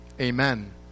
Amen